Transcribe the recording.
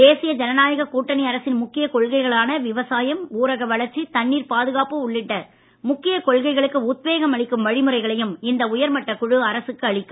தேசிய ஜனநாயகக் கூட்டணியின் முக்கிய கொள்கைகளான விவசாயம் ஊரக வளர்ச்சி தண்ணீர் பாதுகாப்பு உள்ளிட்ட முக்கிய கொள்கைகளுக்கு உத்வேகம் அளிக்கும் வழிமுறைகளையும் இந்த உயர்மட்டக் குழு அரசுக்கு அளிக்கும்